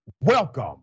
welcome